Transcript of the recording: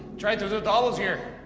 tried to do doubles here.